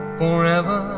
forever